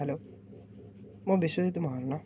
hello ମୁଁ ବିଶ୍ୱଜିତ ମହାରଣା